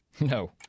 No